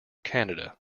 canada